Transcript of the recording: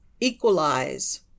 equalize